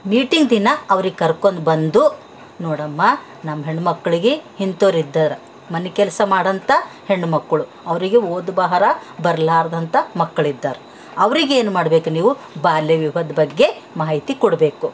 meeting ದಿನ ಅವ್ರಿಗೆ ಕರ್ಕೊಂಡು ಬಂದು ನೋಡಮ್ಮ ನಮ್ಮ ಹೆಣ್ಣು ಮಕ್ಕಳಿಗೆ ಇಂತವ್ರ್ ಇದ್ದಾರೆ ಮನೆ ಕೆಲಸ ಮಾಡಂಥ ಹೆಣ್ಣು ಮಕ್ಕಳು ಅವರಿಗೆ ಓದು ಬರಹ ಬರ್ಲಾರ್ದಂಥ ಮಕ್ಳು ಇದ್ದಾರೆ ಅವ್ರಿಗೆ ಏನ್ಮಾಡ್ಬೇಕು ನೀವು ಬಾಲ್ಯ ವಿವಾಹದ್ ಬಗ್ಗೆ ಮಾಹಿತಿ ಕೊಡಬೇಕು